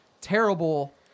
terrible